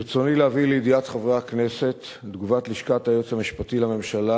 ברצוני להביא לידיעת חברי הכנסת תגובת לשכת היועץ המשפטי לממשלה,